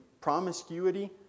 promiscuity